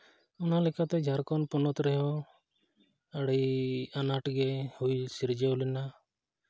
ᱚᱱᱟᱞᱮᱠᱟᱛᱮ ᱡᱷᱟᱲᱠᱷᱚᱸᱰ ᱯᱚᱱᱚᱛ ᱨᱮᱦᱚᱸ ᱟᱹᱰᱤ ᱟᱱᱟᱴᱜᱮ ᱦᱩᱭ ᱥᱤᱨᱡᱟᱹᱣ ᱞᱮᱱᱟ